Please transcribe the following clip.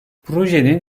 projenin